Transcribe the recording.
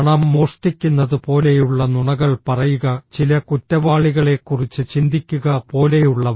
പണം മോഷ്ടിക്കുന്നത് പോലെയുള്ള നുണകൾ പറയുക ചില കുറ്റവാളികളെക്കുറിച്ച് ചിന്തിക്കുക പോലെയുള്ളവ